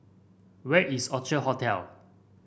where is Orchard Hotel